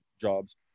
jobs